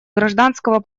гражданского